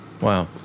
Wow